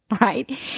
right